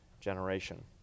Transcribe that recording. generation